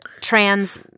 trans